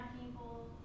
people